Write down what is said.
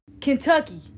Kentucky